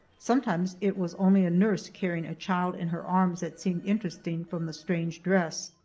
sometimes it was only a nurse carrying a child in her arms that seemed interesting, from the strange dress.